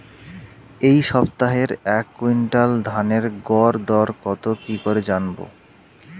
এই সপ্তাহের এক কুইন্টাল ধানের গর দর কত কি করে জানবো?